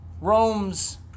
roams